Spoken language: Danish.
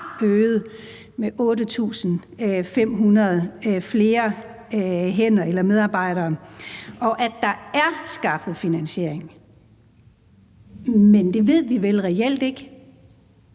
det med 8.500 flere medarbejdere, og at der er skaffet finansiering. Men det ved vi vel reelt ikke,